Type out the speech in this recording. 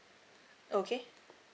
okay